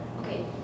okay